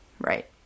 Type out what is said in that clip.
right